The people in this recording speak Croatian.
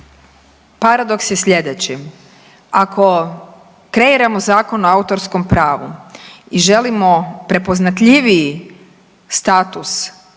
Paradoks je slijedeći, ako kreiramo Zakon o autorskom pravu i želimo prepoznatljiviji status